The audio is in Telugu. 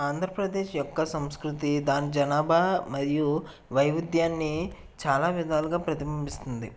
ఆంధ్రప్రదేశ్ యొక్క సంస్కృతి దాని జనాభా మరియు వైవిధ్యాన్ని చాలా విధాలుగా ప్రతిబింబిస్తుంది